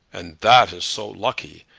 and that is so lucky!